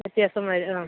വ്യത്യാസം വരും ആ